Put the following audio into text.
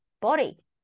body